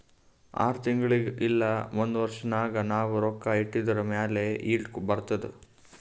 R ತಿಂಗುಳಿಗ್ ಇಲ್ಲ ಒಂದ್ ವರ್ಷ ನಾಗ್ ನಾವ್ ರೊಕ್ಕಾ ಇಟ್ಟಿದುರ್ ಮ್ಯಾಲ ಈಲ್ಡ್ ಬರ್ತುದ್